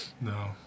No